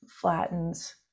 flattens